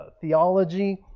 theology